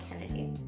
Kennedy